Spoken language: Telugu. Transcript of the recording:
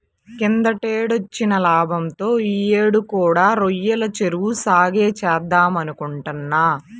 కిందటేడొచ్చిన లాభంతో యీ యేడు కూడా రొయ్యల చెరువు సాగే చేద్దామనుకుంటున్నా